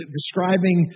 describing